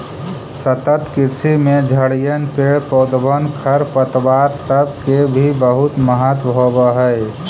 सतत कृषि में झड़िअन, पेड़ पौधबन, खरपतवार सब के भी बहुत महत्व होब हई